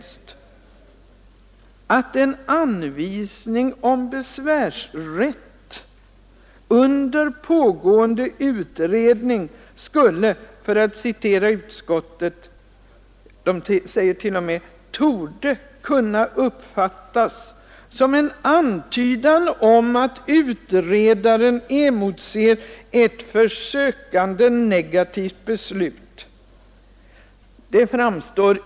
Utskottet skriver att en anvisning om besvärsrätt ”under pågående utredning torde kunna uppfattas som en antydan om att utredaren emotser ett för sökanden negativt beslut av nämnden”.